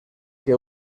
que